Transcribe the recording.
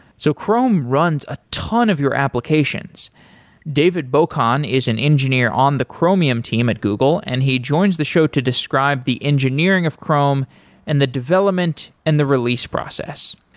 so chrome runs a ton of your applications david bokan is an engineer on the chromium team at google and he joins the show to describe the engineering of chrome and the development and the release process.